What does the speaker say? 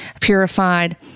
purified